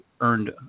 earned